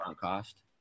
cost